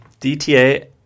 DTA